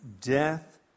death